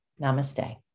Namaste